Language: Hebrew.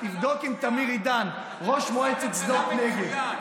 תבדוק עם תמיר עידן, ראש מועצת שדות נגב.